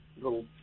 little